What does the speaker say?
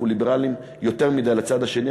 אנחנו ליברליים יותר מדי לצד השני,